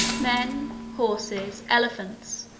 men, horses, elephants,